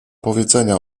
powiedzenia